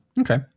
Okay